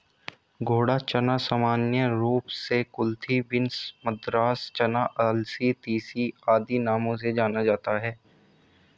घोड़ा चना सामान्य रूप से कुलथी बीन, मद्रास चना, अलसी, तीसी आदि नामों से जाना जाता है